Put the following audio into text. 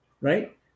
right